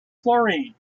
chlorine